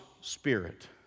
spirit